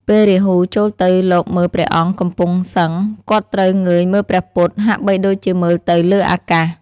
ពេលរាហូចូលទៅលបមើលព្រះអង្គកំពុងសឹង គាត់ត្រូវងើយមើលព្រះពុទ្ធ ហាក់បីដូចជាមើលទៅលើអាកាស។